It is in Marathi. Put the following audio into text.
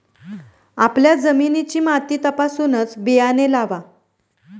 आपल्या जमिनीची माती तपासूनच बियाणे लावा